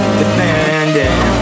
defending